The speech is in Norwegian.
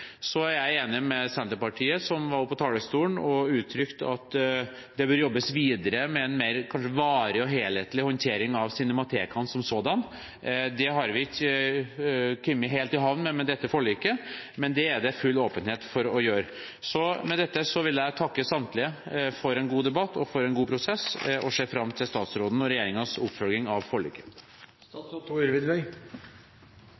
Så er jeg enig med Senterpartiet, som var på talerstolen og uttrykte at det bør jobbes videre med en mer kanskje varig og helhetlig håndtering av cinematekene som sådanne. Det har vi ikke kommet helt i havn med med dette forliket, men det er det full åpenhet for å gjøre. Med dette vil jeg takke samtlige for en god debatt og for en god prosess og ser fram til statsrådens og regjeringens oppfølging av forliket.